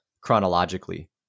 chronologically